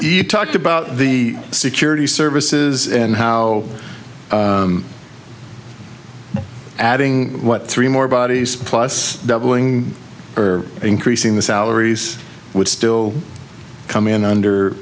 you talk about the security services and how adding what three more bodies plus doubling or increasing the salaries would still come in under